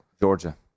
Georgia